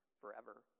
forever